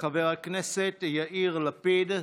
חבר הכנסת יאיר לפיד,